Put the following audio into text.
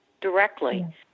directly